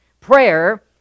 Prayer